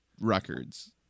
records